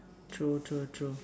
true true true